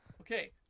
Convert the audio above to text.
Okay